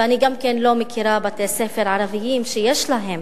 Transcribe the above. ואני גם לא מכירה בתי-ספר ערביים שיש להם